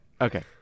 Okay